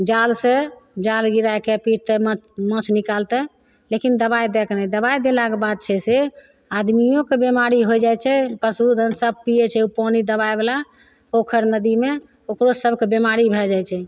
जालसे जाल गिरैके पिटतै माछ माछ निकालतै लेकिन दवाइ दैके नहि दवाइ देलाके बाद छै से आदमिओके बेमारी होइ जाइ छै पशुधन सभ पिए छै ओ पानी दवाइवला पोखरि नदीमे ओकरो सभके बेमारी भै जाइ छै